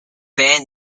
band